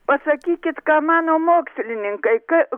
pasakykit ką mano mokslininkai ka